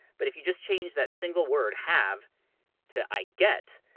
but if you just change that single word have to i get,